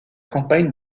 campagne